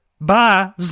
bye